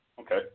okay